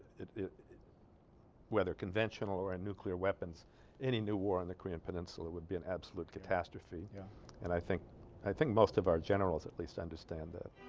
whether conventional or and nuclear weapons any new war on the korean peninsula would be an absolute catastrophe yeah and i think i think most of our generals at least understand that